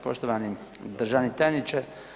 Poštovani državni tajniče.